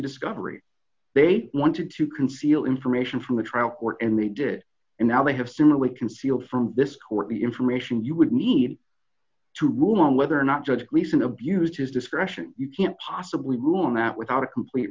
discovery they wanted to conceal information from the trial court and they did and now they have similarly concealed from this court the information you would need to rule on whether or not judge gleason abused his discretion you can't possibly rule on that without a complete